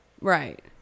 right